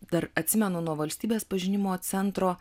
dar atsimenu nuo valstybės pažinimo centro